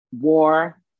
war